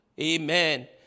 Amen